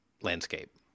landscape